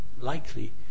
likely